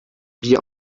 bier